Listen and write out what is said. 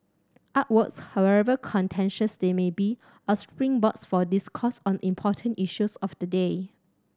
artworks however contentious they may be are springboards for discourse on important issues of the day